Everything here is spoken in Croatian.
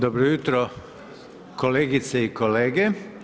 Dobro jutro kolegice i kolege!